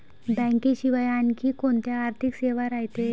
बँकेशिवाय आनखी कोंत्या आर्थिक सेवा रायते?